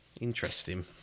interesting